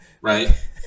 Right